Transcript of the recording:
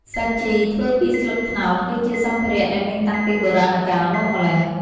សាជីធ្វើពីស្លឹកត្នោត គឺជាសម្ភារៈដែលមានតាំងពីបុរាណកាលមកម្ល៉េះ។